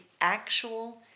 actual